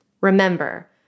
Remember